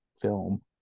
film